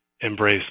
embrace